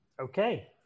Okay